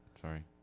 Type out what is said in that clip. Sorry